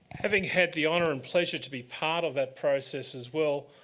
having had the honour and pleasure to be part of that process as well,